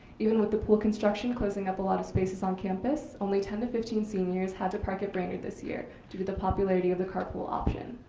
even with the pool construction closing up a lot of spaces on campus, only ten to fifteen seniors had to park at branyard this year due to the popularity of the carpool option.